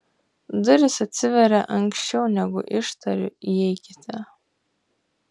durys atsiveria anksčiau negu ištariu įeikite